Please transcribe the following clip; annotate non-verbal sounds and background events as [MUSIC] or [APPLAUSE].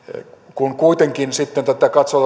kun kuitenkin sitten tätä katsoo [UNINTELLIGIBLE]